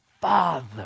father